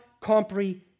comprehend